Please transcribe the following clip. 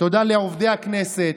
תודה לעובדי הכנסת,